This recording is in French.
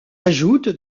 ajoute